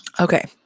Okay